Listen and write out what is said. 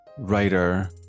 writer